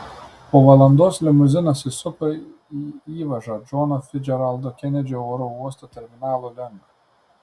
po valandos limuzinas įsuko į įvažą džono ficdžeraldo kenedžio oro uosto terminalų link